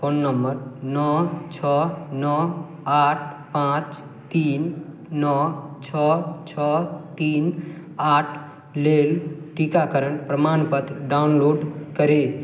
phone number नओ छओ नओ आठ पाँच तीन नओ छओ छओ तीन आठ लेल टीकाकरण प्रमाणपत्र डाउनलोड करै